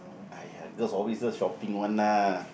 !aiya! girls always those shopping one lah